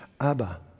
Abba